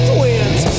Twins